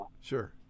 sure